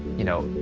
you know,